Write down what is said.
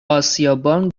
اسیابان